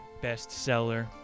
bestseller